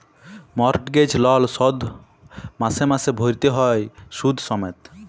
mortgage লল শোধ মাসে মাসে ভ্যইরতে হ্যয় সুদ সমেত